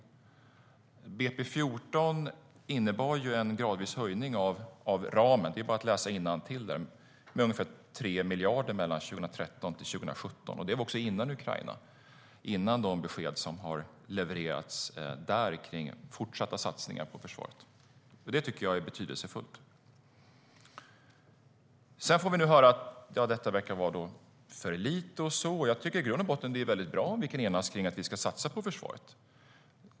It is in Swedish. Budgetpropositionen för 2014 innebar en gradvis höjning av ramen - det är bara att läsa innantill - med ungefär 3 miljarder mellan 2013 och 2017. Det var före händelseutvecklingen i Ukraina och före de besked som har levererats kring fortsatta satsningar på försvaret. Det tycker jag är betydelsefullt. Nu får vi höra att detta verkar vara för lite. Jag tycker att det i grund och botten är bra om vi kan enas kring att vi ska satsa på försvaret.